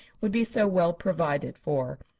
would be so well provided for.